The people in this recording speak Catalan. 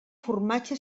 formatge